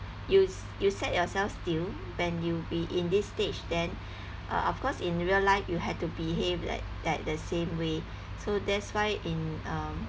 you you set yourself still when you be in this stage then uh of course in real life you had to behave like like same way so that's why in um